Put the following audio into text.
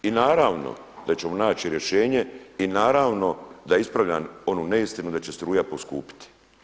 I naravno da ćemo naći rješenje i naravno da ispravljam onu neistinu da će struja poskupiti.